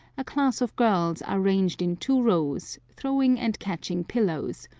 a class of girls are ranged in two rows, throwing and catching pillows,